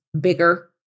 Bigger